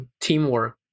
teamwork